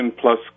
plus